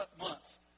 months